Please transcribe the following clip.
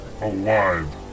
alive